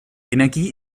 energie